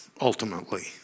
ultimately